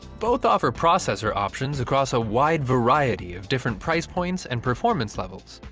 both offer processor options across a wide variety of different price points and performance levels.